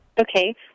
Okay